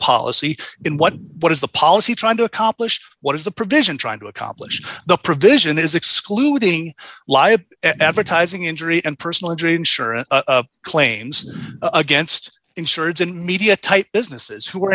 policy in what what is the policy trying to accomplish what is the provision trying to accomplish the provision is excluding advertising injury and personal injury insurance claims against insureds and media type businesses who